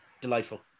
delightful